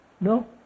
No